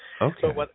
okay